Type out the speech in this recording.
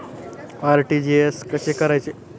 RTGS कसे करायचे?